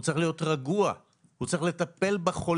הוא צריך להיות רגוע, הוא צריך לטפל בחולה,